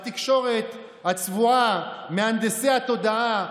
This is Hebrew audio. התקשורת הצבועה, עם מהנדסי התודעה.